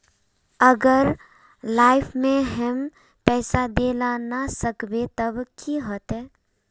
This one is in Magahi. अगर लाइफ में हैम पैसा दे ला ना सकबे तब की होते?